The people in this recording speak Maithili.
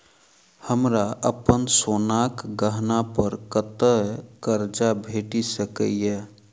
हमरा अप्पन सोनाक गहना पड़ कतऽ करजा भेटि सकैये?